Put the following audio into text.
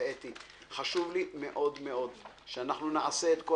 וגם לאתי בנדלר: חשוב לי מאוד מאוד שנעשה את כל